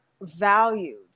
valued